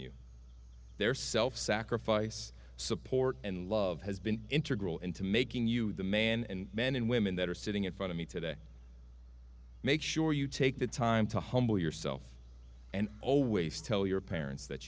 you their self sacrifice support and love has been entered into making you the man and men and women that are sitting in front of me today make sure you take the time to humble yourself and always tell your parents that